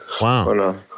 Wow